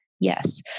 Yes